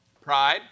Pride